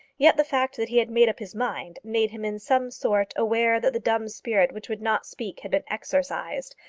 yet the fact that he had made up his mind made him in some sort aware that the dumb spirit which would not speak had been exorcised,